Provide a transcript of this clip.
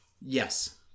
yes